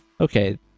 okay